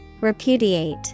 Repudiate